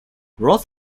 roth